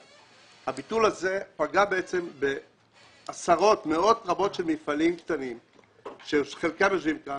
הביטול הזה פגע בעצם בעשרות ומאות רבות של מפעלים קטנים שחלקם יושבים כאן,